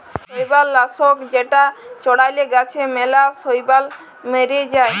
শৈবাল লাশক যেটা চ্ড়ালে গাছে ম্যালা শৈবাল ম্যরে যায়